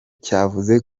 cyavuze